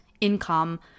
income